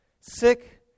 Sick